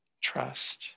trust